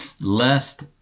Lest